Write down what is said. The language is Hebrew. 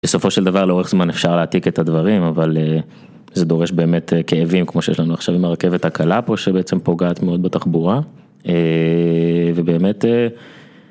בסופו של דבר לאורך זמן אפשר להעתיק את הדברים אבל זה דורש באמת כאבים כמו שיש לנו עכשיו עם הרכבת הקלה פה שבעצם פוגעת מאוד בתחבורה ובאמת